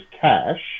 cash